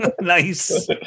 Nice